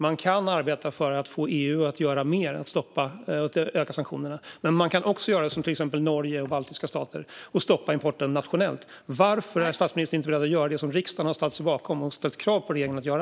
Man kan arbeta för att få EU att göra mer och öka sanktionerna, men man kan också göra som till exempel Norge och de baltiska staterna och stoppa importen nationellt. Varför är statsministern inte beredd att göra det som riksdagen har ställt sig bakom och krävt att regeringen ska göra?